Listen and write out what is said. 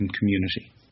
community